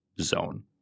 zone